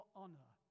honor